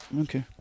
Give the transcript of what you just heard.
Okay